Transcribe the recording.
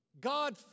God